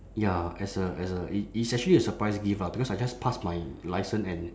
ya as a as a it is actually a surprise gift ah because I just passed my licence and